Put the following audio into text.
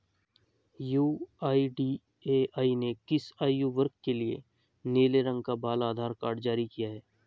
UIDAI ने किस आयु वर्ग के लिए नीले रंग का बाल आधार कार्ड जारी किया है?